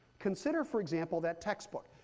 consider, for example, that textbook,